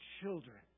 children